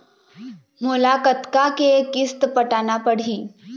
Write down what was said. मोला कतका के किस्त पटाना पड़ही?